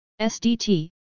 SDT